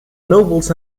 nobles